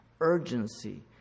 urgency